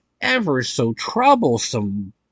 ever-so-troublesome